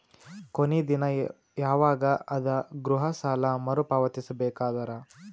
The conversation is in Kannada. ಕೊನಿ ದಿನ ಯವಾಗ ಅದ ಗೃಹ ಸಾಲ ಮರು ಪಾವತಿಸಬೇಕಾದರ?